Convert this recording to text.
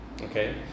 okay